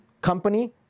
company